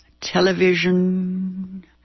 television